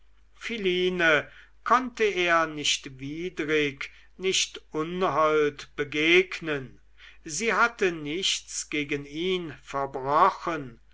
philine konnte er nicht widrig nicht unhold begegnen sie hatte nichts gegen ihn verbrochen